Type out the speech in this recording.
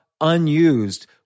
unused